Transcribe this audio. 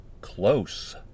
Close